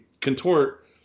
contort